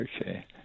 Okay